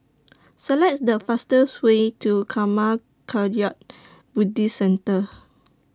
Select The fastest Way to Karma Kagyud Buddhist Centre